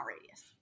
radius